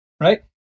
Right